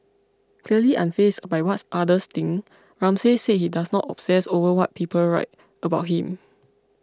clearly unfazed by what others think Ramsay said he does not obsess over what people write about him